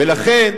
ולכן,